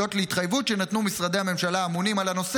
להתחייבות שנתנו משרדי הממשלה האמונים על הנושא